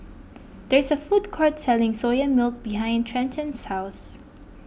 there is a food court selling Soya Milk behind Trenten's house